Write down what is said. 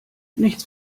nichts